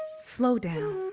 slow down.